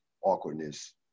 awkwardness